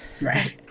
Right